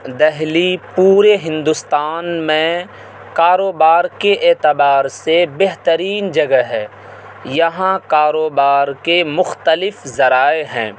دہلی پورے ہندوستان میں کاروبار کے اعتبار سے بہترین جگہ ہے یہاں کاروبار کے مختلف ذرائع ہیں